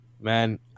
man